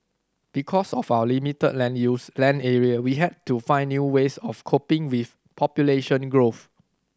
because of our limited land use land area we had to find new ways of coping with population growth